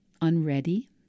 unready